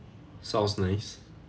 sounds nice